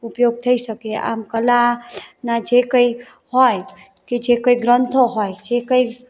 ઉપયોગ થઈ શકે આમ કલાના જે કંઈ હોય કે જે કોઈ ગ્રંથો હોય જે કંઈ